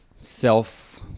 self